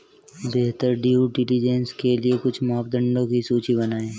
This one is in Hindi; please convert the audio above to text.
बेहतर ड्यू डिलिजेंस के लिए कुछ मापदंडों की सूची बनाएं?